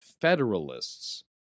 federalists